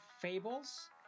fables